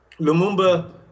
Lumumba